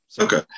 Okay